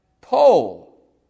pole